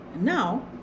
now